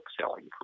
selling